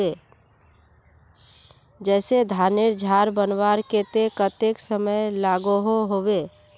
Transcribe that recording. जैसे धानेर झार बनवार केते कतेक समय लागोहो होबे?